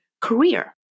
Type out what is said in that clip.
career